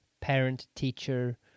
parent-teacher